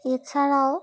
এছাড়াও